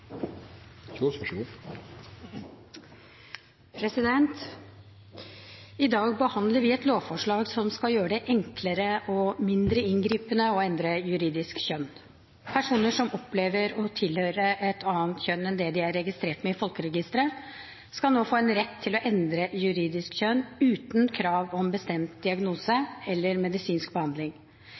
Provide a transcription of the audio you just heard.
deres innsats, så takk! I dag behandler vi et lovforslag som skal gjøre det enklere og mindre inngripende å endre juridisk kjønn. Personer som opplever å tilhøre et annet kjønn enn det de er registrert med i folkeregisteret, skal nå få en rett til å endre juridisk kjønn uten krav om en bestemt diagnose eller medisinsk behandling.